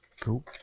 Cool